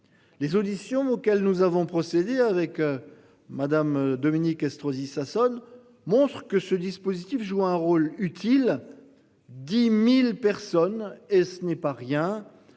Les auditions auxquelles nous avons procédé avec. Madame Dominique Estrosi Sassone monstre que ce dispositif joue un rôle utile. 10.000 personnes et ce n'est pas rien